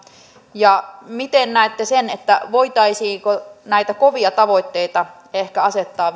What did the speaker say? ja miten näette sen voitaisiinko näitä kovia tavoitteita ehkä asettaa